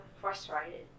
frustrated